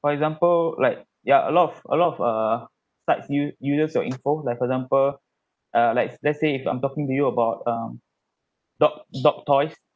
for example like ya a lot of a lot of err sites use uses your info like example like let's say if I'm talking to you about um dog dog toys